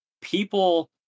people